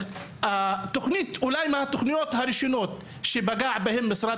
אולי מהתוכניות הראשונות שפגע בהם משרד